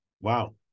wow